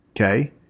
Okay